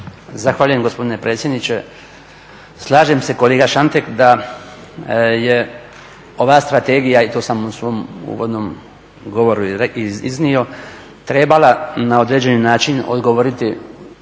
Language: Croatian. Zahvaljujem gospodine predsjedniče. Slažem se kolega Šantek da je ova strategija, i to sam u svom uvodnom govoru i iznio, trebala na određeni način odgovoriti